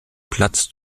platz